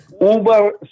Uber